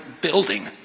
building